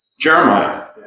Jeremiah